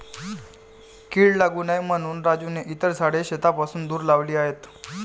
कीड लागू नये म्हणून राजूने इतर झाडे शेतापासून दूर लावली आहेत